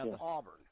Auburn